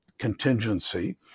contingency